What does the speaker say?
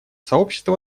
сообщества